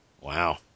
wow